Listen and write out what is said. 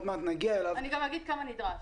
מעט נגיע אליו --- אני אגיד כמה נדרש.